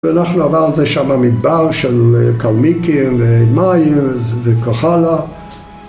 ‫ואנחנו עברנו את זה שם במדבר ‫של קרמיקי ומיירס וכך הלאה.